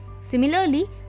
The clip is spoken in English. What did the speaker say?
Similarly